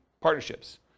partnerships